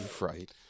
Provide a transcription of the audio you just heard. right